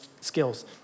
skills